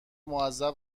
معذب